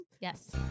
Yes